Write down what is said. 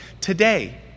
Today